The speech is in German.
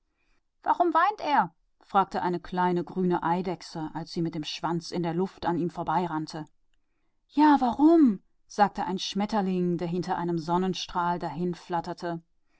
weint er fragte ein kleiner grüner eidechs während er mit dem schwänzchen in der luft an ihm vorbeilief ja warum fragte ein schmetterling der einem sonnenstrahl